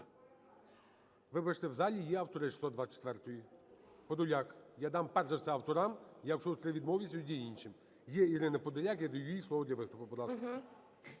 Вибачте, в залі є автори 624-ї – Подоляк. Я дам, перш за все, авторам. Якщо автори відмовляться, тоді – іншим. Є Ірина Подоляк, я даю їй слово для виступу. Будь ласка.